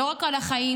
לא רק על החיים,